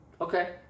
Okay